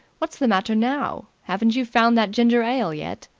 what's the matter now? haven't you found that ginger-ale yet?